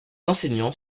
enseignants